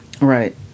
Right